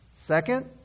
Second